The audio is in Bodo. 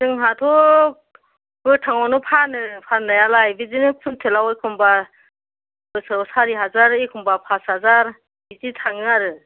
जोंहाथ' गोथाङावनो फानो फाननायालाय बिदिनो कुइनथेलाव एखनबा बोसोराव सारिहाजार एखनबा फासहाजार बिदि थाङो आरो